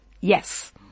yes